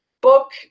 book